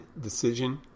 decision